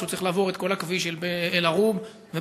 כשהוא צריך לעבור את כל הכביש של אל-ערוב ובית-אומר,